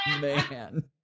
man